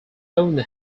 owned